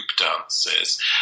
dances